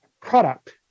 product